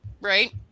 right